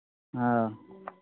ꯑꯧ